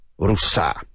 rusa